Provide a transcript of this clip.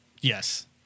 yes